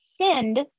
send